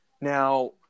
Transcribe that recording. Now